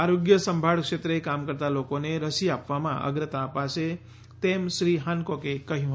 આરોગ્ય સંભાળ ક્ષેત્રે કામ કરતાં લોકોને રસી આપવામાં અગ્રતા અપાશે તેમ શ્રી હાનકોકે કહ્યું હતું